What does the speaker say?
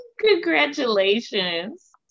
congratulations